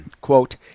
quote